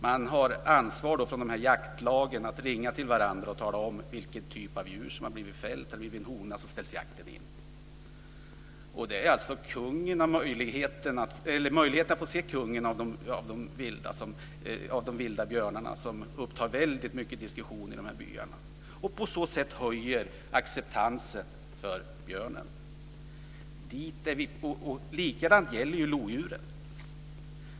Då har jaktlagen ansvar för att ringa till varandra och tala om vilket djur som har fällts, och är det en hona ställs jakten in. Möjligheten att få se de vilda björnarna upptar väldigt mycket av diskussionen i de här byarna. På så sätt höjs acceptansen för björnen. Samma sak gäller lodjuret.